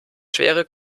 schwere